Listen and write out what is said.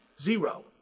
zero